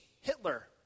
Hitler